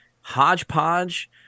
hodgepodge